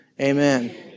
Amen